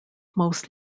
most